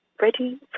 ready